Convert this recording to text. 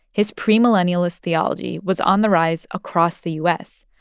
his premillennialist theology was on the rise across the u s.